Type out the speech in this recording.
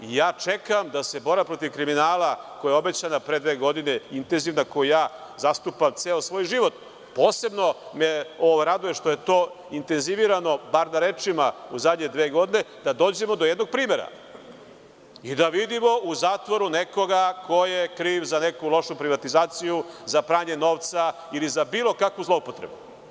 Ja čekam da se borba protiv kriminala, koja je obećana pre dve godine, intenzivna, koju ja zastupam ceo svoj život, posebno me raduje što je to intenzivirano, bar na rečima u zadnje dve godine, da dođemo do jednog primera i da vidimo u zatvoru nekoga ko je kriv za neku lošu privatizaciju, za pranje novca ili za bilo kakvu zloupotrebu.